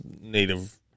native